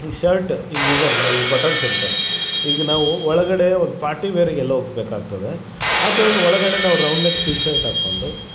ಈ ಶರ್ಟ್ ಈ ಇದನ್ನು ಈ ಬಟನ್ಸ್ ಇರ್ತವೆ ಈಗ ನಾವು ಒಳಗಡೆ ಒಂದು ಪಾರ್ಟಿ ವೇರಿಗೆ ಎಲ್ಲೋ ಹೋಗಬೇಕಾಗ್ತದೆ ಆ ಥರ ಒಳಗಡೆ ನಾವು ರೌಂಡ್ ನೆಕ್ ಟಿ ಶರ್ಟ್ ಹಾಕೊಂಡು